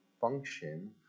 function